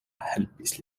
helpis